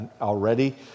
already